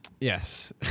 Yes